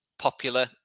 popular